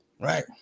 right